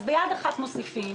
אז ביד אחת מוסיפים,